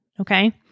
okay